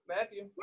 Matthew